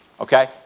okay